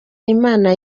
imana